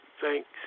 Thanks